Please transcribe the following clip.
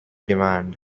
demand